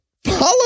Follow